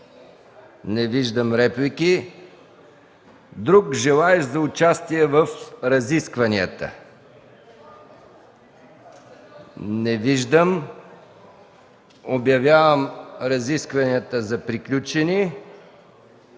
Не виждам. Друг желаещ за участие в разискванията? Не виждам. Обявявам разискванията за приключени.